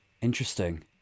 Interesting